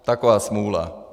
Taková smůla!